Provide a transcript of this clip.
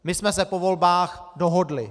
My jsme se po volbách dohodli.